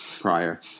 prior